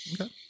Okay